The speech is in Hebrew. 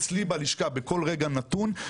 אצלי בלשכה בכל רגע נתון,